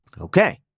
Okay